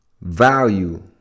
value